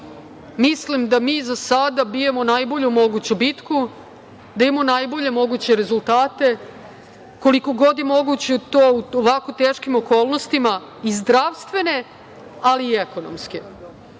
Mislim da mi za sada bijemo najbolju moguću bitku, imamo najbolje moguće rezultate koliko god je moguće u ovako teškim okolnostima i zdravstvene ali i ekonomske. Tako